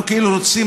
אנחנו כאילו רוצים,